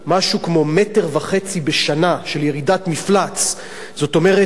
משהו כמו 1.5 מטר בשנה של ירידת מפלס, זאת אומרת,